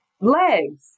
legs